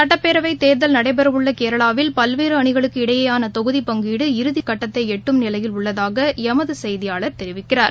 சட்டப்பேரவை தேர்தல் நடைபெறவுள்ள கேரளாவில் பல்வேறு அணிகளுக்கு இடையேயான தொகுதி பங்கீடு இறுதி கட்டத்தை எட்டும் நிலையில் உள்ளதாக எமது செய்தியாளர் தெரிவிக்கிறார்